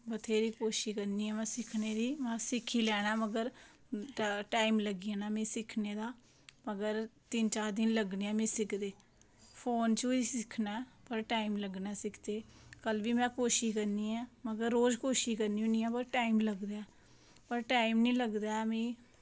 बथ्हेरी कोशिश करनी आं में सिक्खने दी मद सिक्खी लैना मगर टाईम लग्गी जाना में सिक्खने दा मगर तीन चार लग्गने न सिक्खदे फोन पर ई सिक्खने आं पर टाईम लग्गना ऐ सिखदे कल्ल बी में कोशिश करनी आं में रोज़ कोशिश करनी आं पर टाईम निं लगदा ऐ